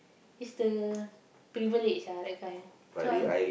it's the privilege ah that kind so I